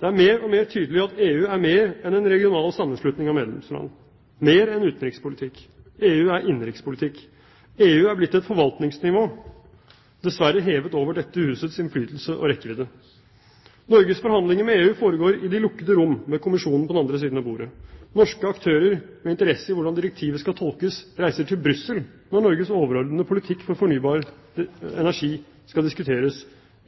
Det er mer og mer tydelig at EU er mer enn en regional sammenslutning av medlemsland, mer enn utenrikspolitikk. EU er innenrikspolitikk. EU er blitt et forvaltningsnivå, dessverre hevet over dette husets innflytelse og rekkevidde. Norges forhandlinger med EU foregår i de lukkede rom, med kommisjonen på den andre siden av bordet. Norske aktører med interesse i hvordan direktivet skal tolkes, reiser til Brussel når Norges overordnede politikk for fornybar energi skal diskuteres,